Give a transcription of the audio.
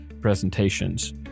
presentations